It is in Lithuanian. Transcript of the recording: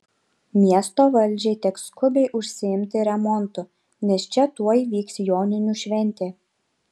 miesto valdžiai teks skubiai užsiimti remontu nes čia tuoj vyks joninių šventė